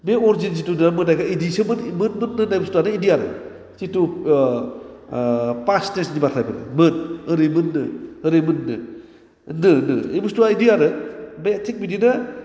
बे अरिजिन जिथु नङा मोदायखौ बिदिसोमोन मोन मोन होननाय बुसथुवानो बिदि आरो जिथु पास्ट टेन्सनि बाथ्राफोर मोन ओरैमोन नो ओरैमोन नो नो नो बे बुसथुवा बिदि आरो बे थिख बिदिनो